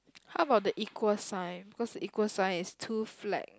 how about the equal sign because the equal sign is too flat